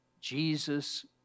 Jesus